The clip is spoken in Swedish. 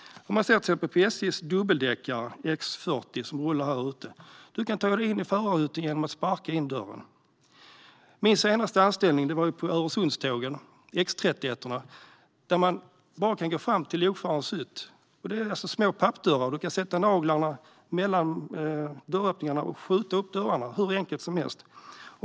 Se till exempel på SJ:s dubbeldäckare X 40, som rullar här ute. Du kan ta dig in i förarhytten genom att sparka in dörren. Min senaste anställning var på Öresundstågen, X 31:orna. Där kan man gå fram till lokförarens hytt, där det finns små pappdörrar. Du kan sätta naglarna i dörröppningen och skjuta upp dörrarna hur enkelt som helst.